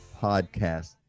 podcast